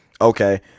Okay